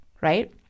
Right